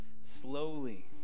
slowly